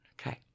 Okay